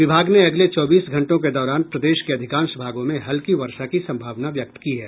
विभाग ने अगले चौबीस घंटों के दौरान प्रदेश के अधिकांश भागों में हल्की वर्षा की संभावना व्यक्त की है